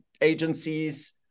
agencies